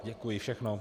Děkuji, všechno.